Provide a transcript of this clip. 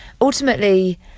Ultimately